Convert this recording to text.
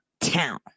town